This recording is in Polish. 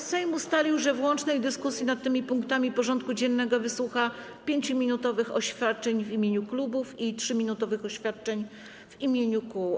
Sejm ustalił, że w łącznej dyskusji nad tymi punktami porządku dziennego wysłucha 5-minutowych oświadczeń w imieniu klubów i 3-minutowych oświadczeń w imieniu kół.